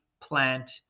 plant